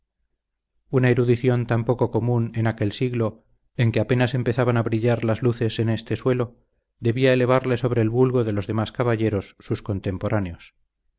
una erudición tan poco común en aquel siglo en que apenas empezaban a brillar las luces en este suelo debía elevarle sobre el vulgo de los demás caballeros sus contemporáneos